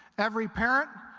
every parent,